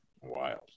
Wild